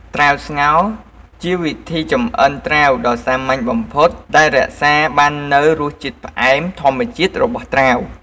ត្រាវស្ងោរ ជាវិធីចម្អិនត្រាវដ៏សាមញ្ញបំផុតដែលរក្សាបាននូវរសជាតិផ្អែមធម្មជាតិរបស់ត្រាវ។